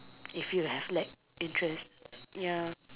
if you have like interest ya